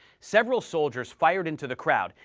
several soldiers fired into the crowd,